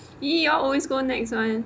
!ee! y'all always go NEX [one]